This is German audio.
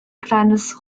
kleines